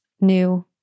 new